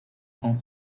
con